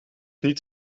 niet